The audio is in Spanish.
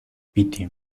piti